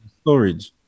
storage